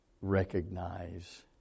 recognize